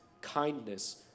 kindness